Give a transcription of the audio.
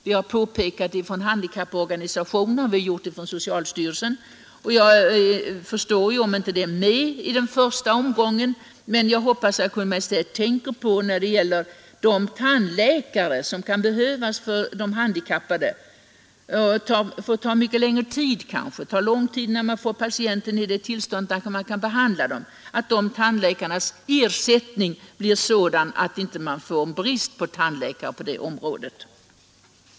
Vi har påpekat det från handikapporganisationerna och från socialstyrelsen. Jag förstår att saken kanske inte kunnat komma med i första omgången, men jag hoppas att Kungl. Maj:t tänker på att de tandläkare som behövs för de handikappade måste ta lång tid på sig innan de får patienterna i ett sådant tillstånd att behandlingen kan utföras. Dessa tandläkares ersättning måste bli sådan att det inte uppstår en brist på tandläkare på detta område.